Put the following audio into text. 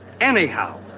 Anyhow